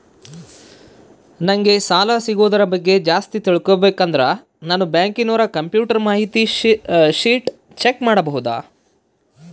ನಂಗೆ ಸಾಲ ಸಿಗೋದರ ಬಗ್ಗೆ ಜಾಸ್ತಿ ತಿಳಕೋಬೇಕಂದ್ರ ನಾನು ಬ್ಯಾಂಕಿನೋರ ಕಂಪ್ಯೂಟರ್ ಮಾಹಿತಿ ಶೇಟ್ ಚೆಕ್ ಮಾಡಬಹುದಾ?